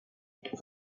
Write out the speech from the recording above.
one